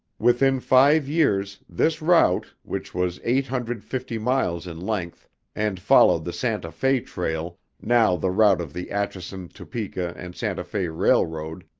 within five years, this route, which was eight hundred fifty miles in length and followed the santa fe trail, now the route of the atchison, topeka, and santa fe railroad,